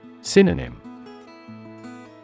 Synonym